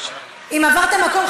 אם עברת מקום,